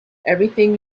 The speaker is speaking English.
everything